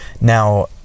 Now